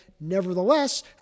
Nevertheless